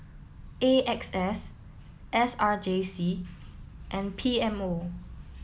A X S S R J C and P M O